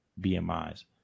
BMI's